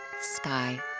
sky